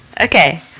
Okay